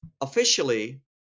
officially